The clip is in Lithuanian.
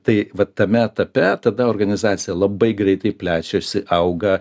tai vat tame etape tada organizacija labai greitai plečiasi auga